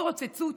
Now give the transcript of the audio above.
התרוצצות